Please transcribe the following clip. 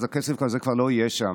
אז הכסף הזה כבר לא יהיה שם.